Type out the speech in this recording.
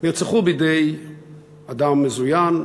נרצחו בידי אדם מזוין,